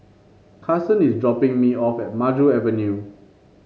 Carsen is dropping me off at Maju Avenue